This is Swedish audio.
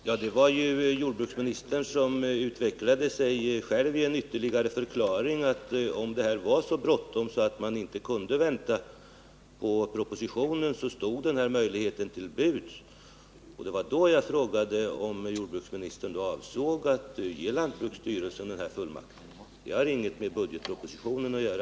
Herr talman! Det var jordbruksministern själv som utvecklade en ytterligare förklaring om att denna möjlighet stod till buds om det var så bråttom att man inte kunde vänta på propositionen. Det var med anledning av detta som jag frågade om jordbruksministern också avsåg att ge lantbruksstyrelsen denna fullmakt. Den frågeställningen har inget med budgetpropositionen att göra.